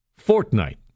Fortnite